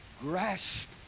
grasp